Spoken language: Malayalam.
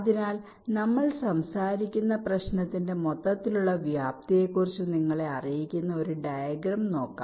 അതിനാൽ നമ്മൾ സംസാരിക്കുന്ന പ്രശ്നത്തിന്റെ മൊത്തത്തിലുള്ള വ്യാപ്തിയെക്കുറിച്ച് നിങ്ങളെ അറിയിക്കുന്ന ഒരു ഡയഗ്രം നോക്കാം